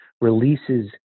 releases